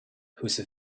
whose